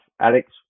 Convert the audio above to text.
Alex